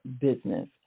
business